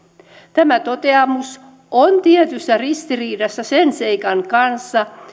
tämä toteamus on tietyssä ristiriidassa sen seikan kanssa